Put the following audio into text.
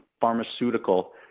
pharmaceutical